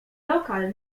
lokal